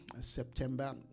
september